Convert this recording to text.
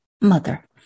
mother